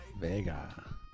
Vega